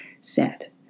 set